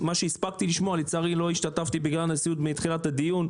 לצערי לא השתתפתי מתחילת הדיון.